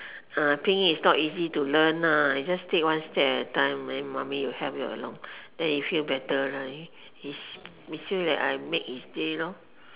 uh 拼音 is not easy to learn lah you just take one step at a time then mummy will help you along then he feel better right his he feel that I make his day lor